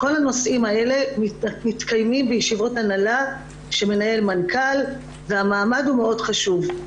כל הנושאים האלה מתקיימים בישיבות הנהלה שמנהל מנכ"ל והמעמד חשוב מאוד.